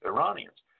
Iranians